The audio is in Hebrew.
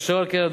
אשר על כן,